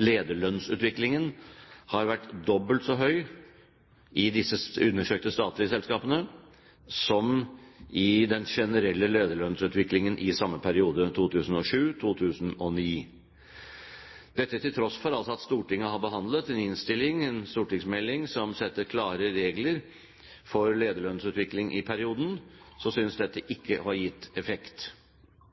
lederlønnsutviklingen har vært dobbelt så høy i de undersøkte statlige selskapene som den generelle lederlønnsutviklingen i samme periode, 2007–2009. Til tross for at Stortinget altså har behandlet en innstilling, en stortingsmelding, som setter klare regler for lederlønnsutvikling i perioden, synes dette ikke å ha gitt effekt,